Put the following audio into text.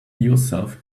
yourself